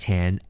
Ten